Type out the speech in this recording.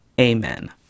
Amen